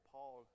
Paul